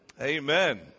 Amen